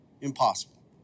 Impossible